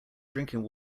drinking